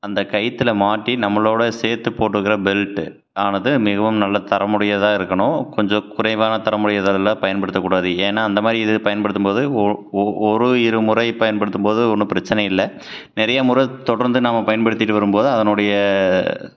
அந்த கயிற்றுல மாட்டி நம்மளோடு சேர்த்து போட்டிருக்குற பெல்ட்டு ஆனது மிகவும் நல்ல தரமுடையதாக இருக்கணும் கொஞ்சம் குறைவான தரமுடையது அதெல்லாம் பயன்படுத்த கூடாது ஏன்னால் அந்த மாதிரி இது பயன்படுத்தும்போது ஓ ஓ ஒரு இரு முறை பயன்படுத்தும்போது ஒன்றும் பிரச்சினை இல்லை நிறைய முறை தொடர்ந்து நாம் பயன்படுத்திகிட்டு வரும்போது அதனுடைய